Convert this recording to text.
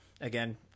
again